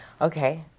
Okay